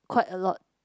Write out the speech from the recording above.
quite a lot